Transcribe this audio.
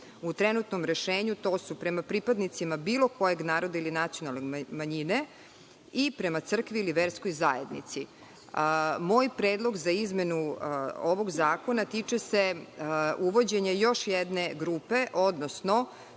u trenutnom rešenju to su, prema pripadnicima bilo kog naroda ili nacionalne manjine i prema crkvi ili verskoj zajednici. Moj predlog za izmenu ovog zakona tiče se uvođenja još jedne grupe, odnosno